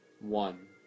One